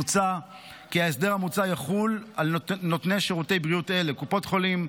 מוצע כי ההסדר המוצע יחול על נותני שירותי בריאות אלו: קופות חולים,